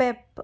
Pep